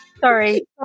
Sorry